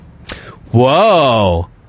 whoa